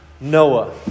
Noah